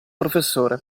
professore